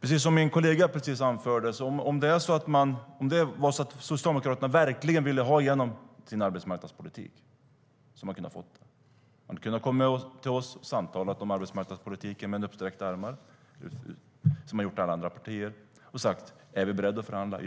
Precis som min kollega just anförde vill jag säga att om Socialdemokraterna verkligen hade velat ha igenom sin arbetsmarknadspolitik hade de kunnat få det. De hade kunnat komma till oss med utsträckt hand och samtalat om arbetsmarknadspolitiken, precis som de har gjort med alla andra partier, och frågat om vi är beredda att förhandla.